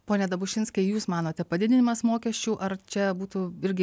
pone dabušinskai jūs manote padidinimas mokesčių ar čia būtų irgi